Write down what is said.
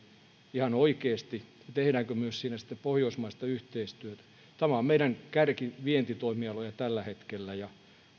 ihan oikeasti ja tehdäänkö myös siinä pohjoismaista yhteistyötä tämä on meidän kärkivientitoimialojamme tällä hetkellä ja